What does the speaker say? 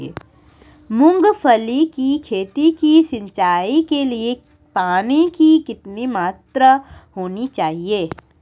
मूंगफली की खेती की सिंचाई के लिए पानी की कितनी मात्रा होनी चाहिए?